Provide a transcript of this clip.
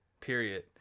period